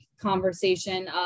conversation